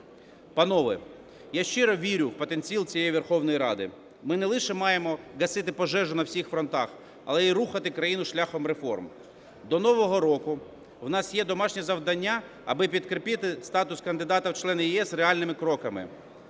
Панове, я щиро вірю в потенціал цієї Верховної Ради. Ми не лише маємо гасити пожежу на всіх фронтах, але і рухати країну шляхом реформ. До нового року в нас є домашнє завдання, аби підкріпити статус кандидата в члени ЄС реальними кроками: